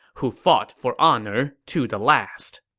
who fought for honor to the last?